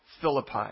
Philippi